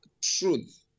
truth